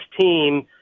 team